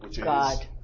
God